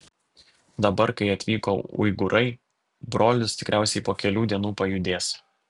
dabar kai atvyko uigūrai brolis tikriausiai po kelių dienų pajudės